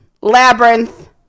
Labyrinth